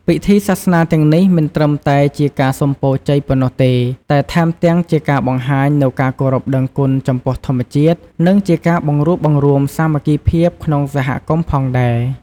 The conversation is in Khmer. ពិធីសាសនាទាំងនេះមិនត្រឹមតែជាការសុំពរជ័យប៉ុណ្ណោះទេ តែថែមទាំងជាការបង្ហាញនូវការគោរពដឹងគុណចំពោះធម្មជាតិ និងជាការបង្រួបបង្រួមសាមគ្គីភាពក្នុងសហគមន៍ផងដែរ។